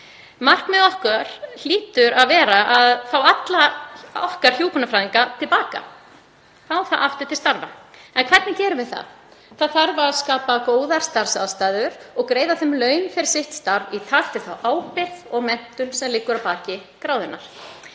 Markmið okkar hlýtur að vera að fá alla okkar hjúkrunarfræðinga til baka, fá þá aftur til starfa. En hvernig gerum við það? Það þarf að skapa góðar starfsaðstæður og greiða þeim laun fyrir sitt starf í takt við þá ábyrgð og menntun sem liggur að baki gráðunni.